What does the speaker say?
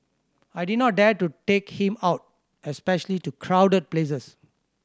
I did not dare to take him out especially to crowded places